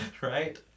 right